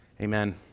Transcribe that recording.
Amen